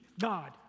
God